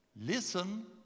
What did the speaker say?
Listen